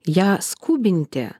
ją skubinti